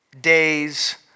days